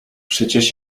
przecież